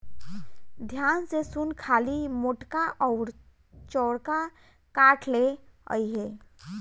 ध्यान से सुन खाली मोटका अउर चौड़का काठ ले अइहे